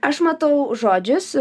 aš matau žodžius